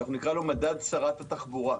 אנחנו נקרא לו מדד שרת התחבורה.